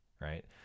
right